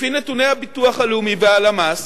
לפי נתוני הביטוח הלאומי והלמ"ס,